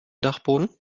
dachboden